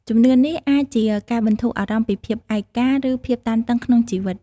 ជំនឿនេះអាចជាការបន្ធូរអារម្មណ៍ពីភាពឯកា ឬភាពតានតឹងក្នុងជីវិត។